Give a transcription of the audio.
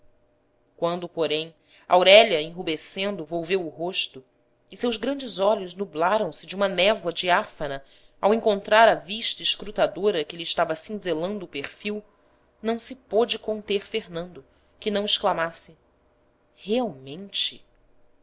quando porém aurélia enrubescendo volveu o rosto e seus grandes olhos nublaram se de uma névoa diáfana ao encontrar a vista escrutadora que lhe estava cinzelando o perfil não se pôde conter fernando que não exclamasse realmente